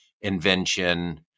invention